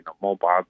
mobile